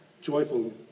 joyful